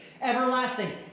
Everlasting